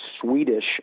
Swedish